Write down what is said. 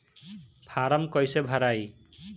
Form कईसे भराई?